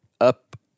up